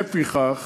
לפיכך